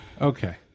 okay